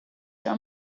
چرا